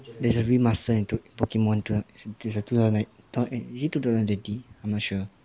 there's a master in two pokemon club there's a two thousand like is it two thousand and twenty I'm not sure